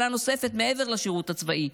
שנה נוספת מעבר לשירות הצבאי,